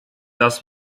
dass